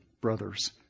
brothers